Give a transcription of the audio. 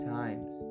times